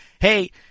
hey